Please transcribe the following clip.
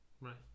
right